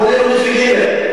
כולל אורי צבי גרינברג,